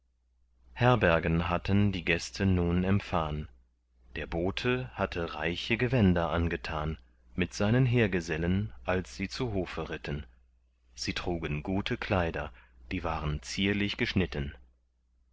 herbergen hatten die gäste nun empfahn der bote hatte reiche gewänder angetan mit seinen heergesellen als sie zu hofe ritten sie trugen gute kleider die waren zierlich geschnitten